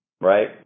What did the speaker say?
right